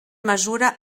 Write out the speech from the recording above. mesura